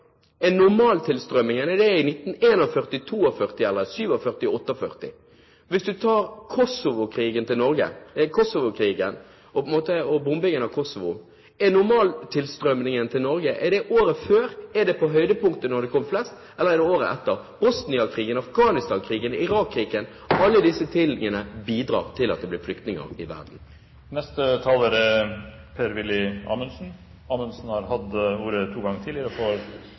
i 1941, i 1942, i 1947 eller i 1948? Hvis du tar Kosovo-krigen og bombingen av Kosovo, var normaltilstrømningen til Norge året før, var det på høydepunktet når det kom flest, eller var det året etter? Bosnia-krigen, Afghanistan-krigen, Irak-krigen – alle disse krigene bidrar til at det blir flyktninger i verden. Representanten Per-Willy Amundsen har hatt ordet to ganger tidligere